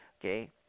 okay